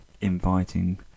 inviting